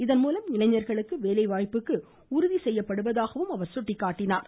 இதன்மூலம் இளைஞர்களுக்கு வேலை வாய்ப்புக்கு உறுதி செய்யப்படுவதாக கூறினார்